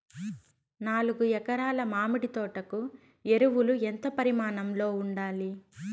నాలుగు ఎకరా ల మామిడి తోట కు ఎరువులు ఎంత పరిమాణం లో ఉండాలి?